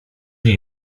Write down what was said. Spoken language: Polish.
nie